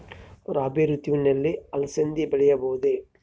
ರಾಭಿ ಋತುವಿನಲ್ಲಿ ಅಲಸಂದಿ ಬೆಳೆಯಬಹುದೆ?